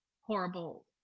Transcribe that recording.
horrible